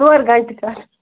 ژور گَنٹہٕ چھِ اَتھ